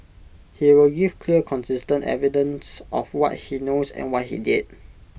he will give clear consistent evidence of what he knows and what he did